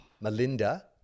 Melinda